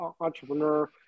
entrepreneur